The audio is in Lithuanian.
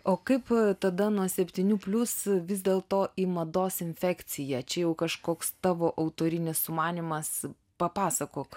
o kaip tada nuo septynių plius vis dėlto į mados infekciją čia jau kažkoks tavo autorinis sumanymas papasakok